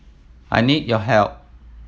I need your help